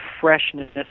freshness